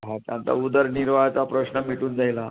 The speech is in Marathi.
हा त्यांचा उदरनिर्वाहाचा प्रश्न मिटून जाईल हा